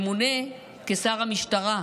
ממונה לשר המשטרה,